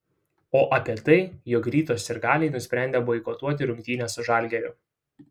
o apie tai jog ryto sirgaliai nusprendė boikotuoti rungtynes su žalgiriu